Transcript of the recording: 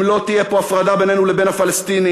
אם לא תהיה פה הפרדה בינינו לבין הפלסטינים,